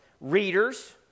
readers